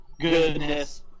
goodness